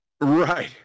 right